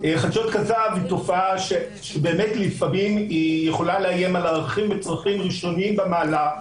הן תופעה שלפעמים יכולה לאיים על ערכים וצרכים ראשונים במעלה,